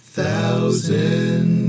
Thousand